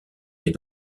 les